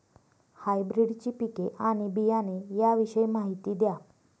हायब्रिडची पिके आणि बियाणे याविषयी माहिती द्या